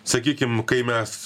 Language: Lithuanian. sakykim kai mes